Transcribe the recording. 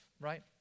right